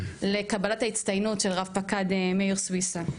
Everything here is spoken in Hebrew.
לקבלת ההצטיינות של רב-פקד מאיר סוויסה.